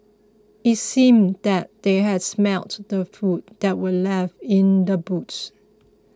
it seemed that they has smelt the food that were left in the boots